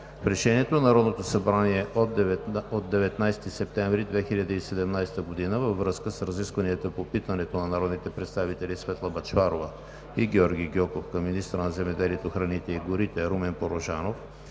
В Решението на Народното събрание от 19 септември 2017 г. във връзка с разискванията по питането на народните представители Светла Бъчварова и Георги Гьоков към министъра на земеделието, храните и горите Румен Порожанов